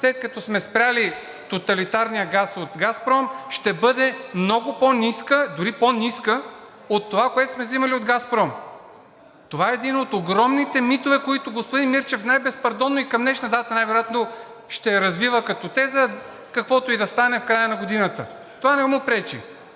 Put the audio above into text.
след като сме спрели тоталитарния газ от „Газпром“, ще бъде много по-ниска, дори по-ниска от това, което сме взимали от „Газпром“. Това е един от огромните митове, които господин Мирчев най-безпардонно и към днешна дата най-вероятно ще развива като теза, каквото и да стане в края на годината. Това не му пречи.